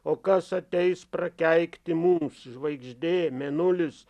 o kas ateis prakeikti mums žvaigždė mėnulis